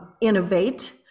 innovate